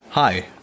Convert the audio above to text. Hi